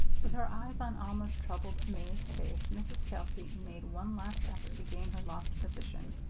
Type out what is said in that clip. with her eyes on alma's troubled, amazed face, mrs. kelsey made one last effort to gain her lost position.